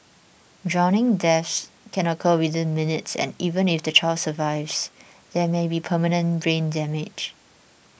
drowning death can occur within minutes and even if the child survives there may be permanent brain damage